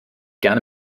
gerne